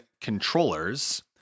Controllers